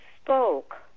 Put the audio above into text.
spoke